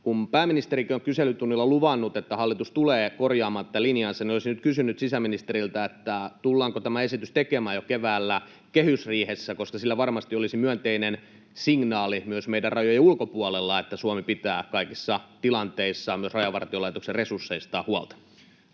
Kun pääministerikin on kyselytunnilla luvannut, että hallitus tulee korjaamaan tätä linjaansa, niin olisin nyt kysynyt sisäministeriltä, tullaanko tämä esitys tekemään jo keväällä kehysriihessä, koska sillä varmasti olisi myönteinen signaali myös meidän rajojemme ulkopuolelle, että Suomi pitää kaikissa tilanteissa myös Rajavartiolaitoksen resursseista huolta.